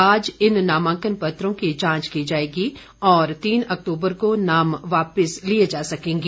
आज इन नामांकन पत्रों की जांच की जाएगी और तीन अक्तूबर को नाम वापिस लिए जा सकेंगे